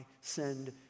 send